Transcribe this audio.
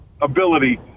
ability